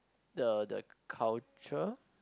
the the culture